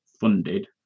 funded